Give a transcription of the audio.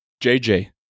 JJ